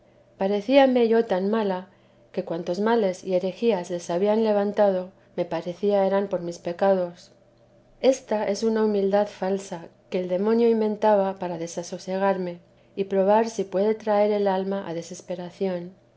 parecíame yo tan mala que cuantos males y heteresa de jesús rejías se habían levantado me parecía eran por mis pe dos esta es una humildad falsa que el demonio intentaba para desasosegarme y probar si puede traer el alma a desesperación